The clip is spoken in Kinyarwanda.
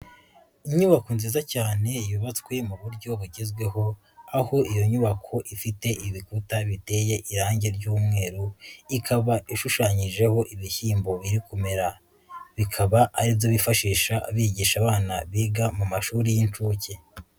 Inyubako nziza cyane yubatswe mu buryo bugezweho aho iyo nyubako ifite ibikuta biteye irange ry'umweru, ikaba ishushanyijeho ibihembo biri kumera, bikaba ari ibyo bifashisha bigisha abana biga mu mashuri y'inshuke.